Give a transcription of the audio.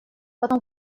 потом